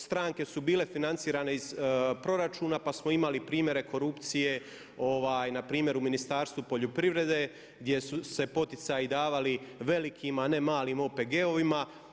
Stranke su bile financirane iz proračuna pa smo imali primjere korupcije, na primjer u Ministarstvu poljoprivrede gdje su se poticaji davali velikim, a ne malim OPG-ovima.